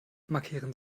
markieren